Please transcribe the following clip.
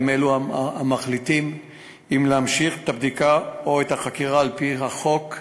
והם מחליטים אם להמשיך את הבדיקה או את החקירה על-פי החוק,